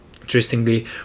interestingly